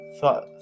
thought